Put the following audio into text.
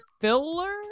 filler